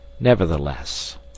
Nevertheless